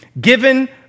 Given